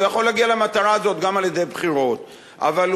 הוא